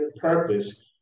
purpose